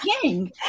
king